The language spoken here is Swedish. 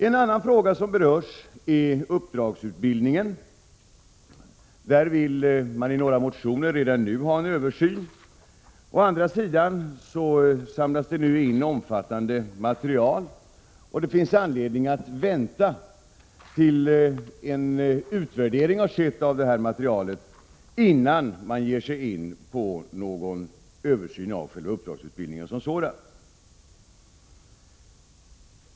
En annan fråga som berörs gäller uppdragsutbildningen. Där vill man i några motioner redan nu ha en översyn. Å andra sidan samlas det nu in omfattande material, och det finns anledning att vänta tills en utvärdering av materialet har skett innan man ger sig in på någon översyn av själva uppdragsutbildningen som sådan.